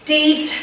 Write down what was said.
Deeds